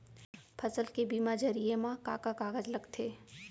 फसल के बीमा जरिए मा का का कागज लगथे?